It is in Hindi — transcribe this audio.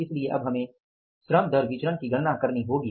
इसलिए अब हमें श्रम दर विचरण की गणना करनी होगी